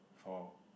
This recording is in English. for